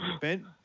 Ben